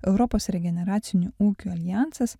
europos regeneracinių ūkių aljansas